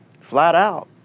flat-out